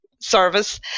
service